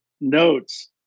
notes